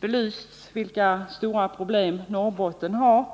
belyst de stora problem som Norrbotten har.